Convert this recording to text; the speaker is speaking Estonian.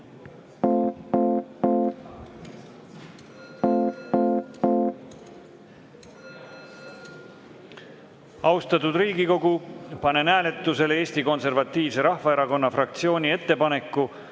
Austatud Riigikogu, panen hääletusele Eesti Konservatiivse Rahvaerakonna fraktsiooni ettepaneku